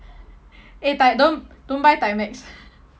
eh ti~ don't don't buy timex